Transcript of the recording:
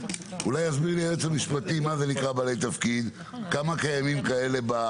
אולי יסביר לי היועץ המשפטי מה זה נקרא בעלי תפקיד וכמה כאלה קיימים.